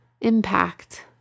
impact